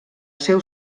seu